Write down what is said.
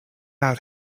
out